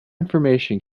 information